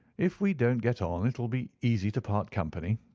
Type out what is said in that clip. if we don't get on it will be easy to part company,